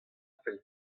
fell